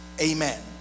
Amen